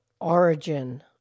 origin